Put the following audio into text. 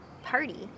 Party